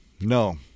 No